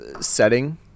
setting